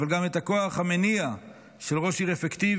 אבל גם את הכוח המניע של ראש עיר אפקטיבי,